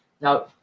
Now